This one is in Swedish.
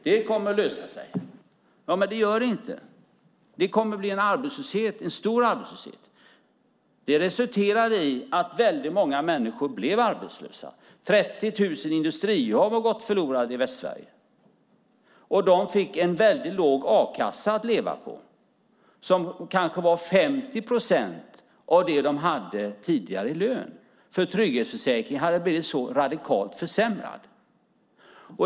Det kommer att lösa sig, blev svaret. Men det gör det inte. Det kommer att bli en stor arbetslöshet, sade jag. Resultatet blev också att väldigt många människor blev arbetslösa. 30 000 industrijobb har gått förlorade i Västsverige. De fick också en väldigt låg a-kassa att leva på, kanske 50 procent av vad de tidigare hade i lön. Så radikalt försämrad hade nämligen trygghetsförsäkringen blivit.